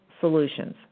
solutions